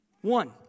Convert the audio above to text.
One